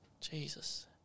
Jesus